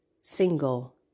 single